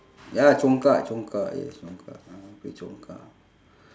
ya congkak congkak yes congkak ah play congkak